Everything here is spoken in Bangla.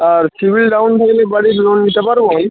আর সিবিল ডাউন হয়ে গেলে বাড়ির লোন নিতে পারব আমি